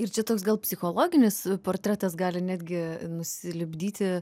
ir čia toks gal psichologinis portretas gali netgi nusilipdyti